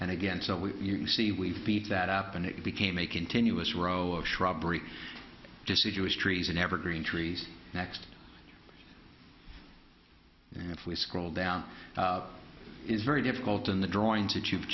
and again so we you see we feed that up and it became a continuous row of shrubbery deciduous trees and evergreen trees next if we scroll down is very difficult in the drawings that you've